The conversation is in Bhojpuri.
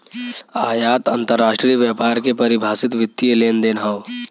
आयात अंतरराष्ट्रीय व्यापार के परिभाषित वित्तीय लेनदेन हौ